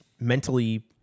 mentally